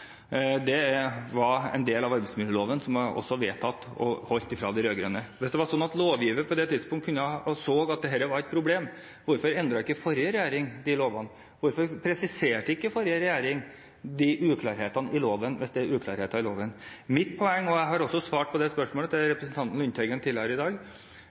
garantilønn». Det var en del av arbeidsmiljøloven som var vedtatt, og som ble opprettholdt av de rød-grønne. Hvis det var sånn at lovgiver på det tidspunkt så at dette var et problem, hvorfor endret ikke forrige regjering de lovene? Hvorfor presiserte ikke forrige regjering de uklarhetene i loven, hvis det er uklarheter i loven? Mitt poeng – og jeg har også svart representanten Lundteigen